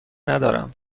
ندارم